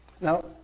Now